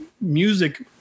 Music